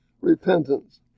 repentance